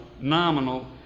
nominal